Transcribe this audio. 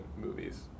movies